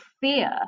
fear